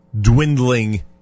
dwindling